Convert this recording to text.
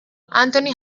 anthony